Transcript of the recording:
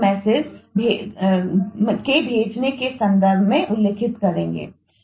message के भेजने के संदर्भ में उल्लेखित कर सकते हैं